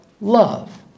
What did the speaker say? love